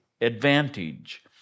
advantage